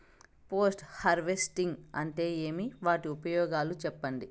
Post harvesting అంటే ఏమి? వాటి ఉపయోగాలు చెప్పండి?